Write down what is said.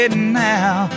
now